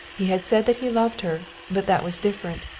he had said that he loved her, but that was different.